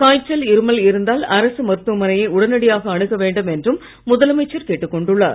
காய்ச்சல் இருமல் இருந்தால் அரசு மருத்துவமனையை உடனடியாக அணுக வேண்டும் என்றும் முதலமைச்சர் கேட்டுக் கொண்டுள்ளார்